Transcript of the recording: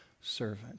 servant